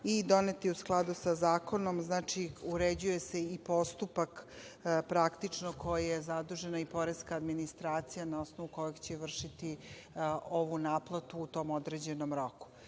i donet je u skladu sa zakonom. Znači, uređuje se i postupak za koji je zadužena i poreska administracija na osnovu kojeg će vršiti ovu naplatu u tom određenom